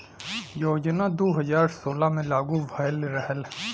योजना दू हज़ार सोलह मे लागू भयल रहल